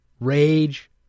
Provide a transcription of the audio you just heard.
rage